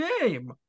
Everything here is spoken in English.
game